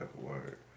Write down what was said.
Word